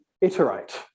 iterate